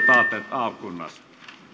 avkunnas